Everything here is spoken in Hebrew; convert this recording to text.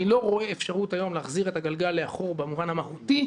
להשיב את הגלגל לאחור במובן המהותי,